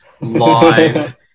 live